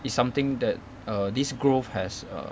it's something that err this growth has err